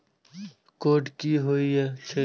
Code की होय छै?